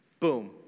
boom